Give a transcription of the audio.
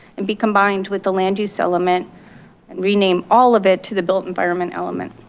and be combined with the land use element and rename all of it to the built environment element.